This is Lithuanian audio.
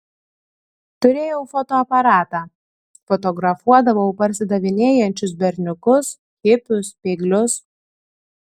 turėjau fotoaparatą fotografuodavau parsidavinėjančius berniukus hipius bėglius